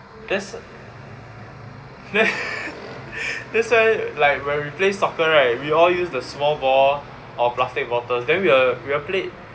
cause that's why like when we play soccer right we all use the small ball or plastic bottle then we will we will play